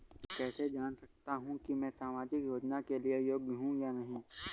मैं कैसे जान सकता हूँ कि मैं सामाजिक योजना के लिए योग्य हूँ या नहीं?